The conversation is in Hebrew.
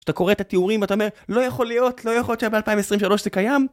כשאתה קורא את התיאורים אתה אומר, לא יכול להיות, לא יכול להיות שב-2023 זה קיים